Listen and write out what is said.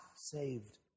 saved